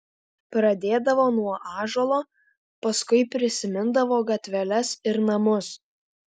pradėdavo nuo ąžuolo paskui prisimindavo gatveles ir namus